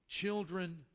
children